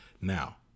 Now